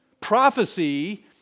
Prophecy